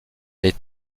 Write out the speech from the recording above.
les